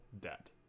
debt